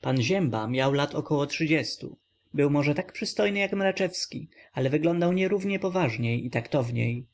pan zięba miał około lat trzydziestu był może tak przystojny jak mraczewski ale wyglądał nierównie poważniej i taktowniej nim